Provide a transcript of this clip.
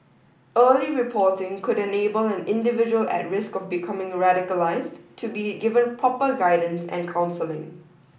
early reporting could enable an individual at risk of becoming radicalised to be given proper guidance and counselling